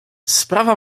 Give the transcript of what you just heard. sprawa